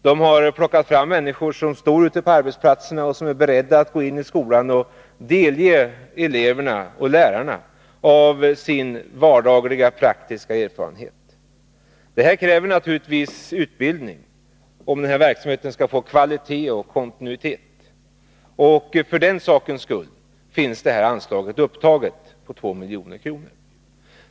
Det har tagits fram människor ute på arbetsplatserna som är beredda att gå in i skolan och delge eleverna och lärarna sina vardagliga och praktiska erfarenheter. Detta kräver naturligtvis utbildning — om verksamheten skall få kvalitet och kontinuitet. För den sakens skull finns ett anslag upptaget på 2 milj.kr.